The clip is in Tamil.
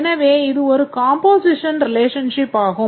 எனவே இது ஒரு காம்போசிஷன் ரிலேஷன்ஷிப் ஆகும்